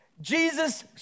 Jesus